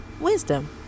wisdom